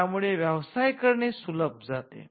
या मुळे व्यवसाय करणे सुलभ जाते